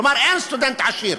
כלומר אין סטודנט עשיר,